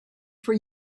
for